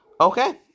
okay